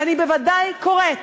ואני בוודאי קוראת.